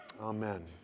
Amen